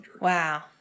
Wow